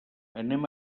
anem